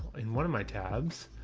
in one of my tabs.